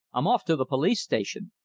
i'm off to the police station.